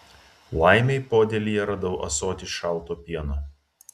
laimei podėlyje radau ąsotį šalto pieno